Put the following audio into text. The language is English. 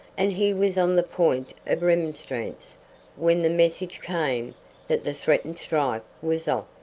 and he was on the point of remonstrance when the message came that the threatened strike was off,